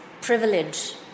privilege